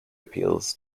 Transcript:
appeals